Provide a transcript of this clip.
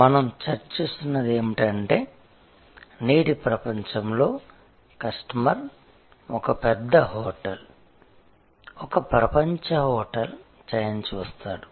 మనం చర్చిస్తున్నది ఏమిటంటే నేటి ప్రపంచంలో కస్టమర్ ఒక పెద్ద హోటల్ ఒక ప్రపంచ హోటల్ చైన్ చూస్తాడు